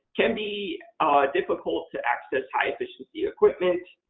can be difficult to access high-efficiency equipment.